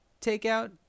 takeout